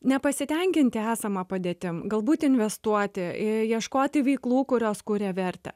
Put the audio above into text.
nepasitenkinti esama padėtim galbūt investuoti i ieškoti veiklų kurios kuria vertę